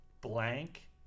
blank—